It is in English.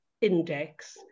index